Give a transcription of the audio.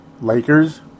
Lakers